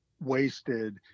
wasted